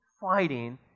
fighting